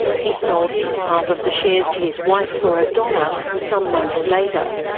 he sold his half of the shares to his wife for a dollar some months later.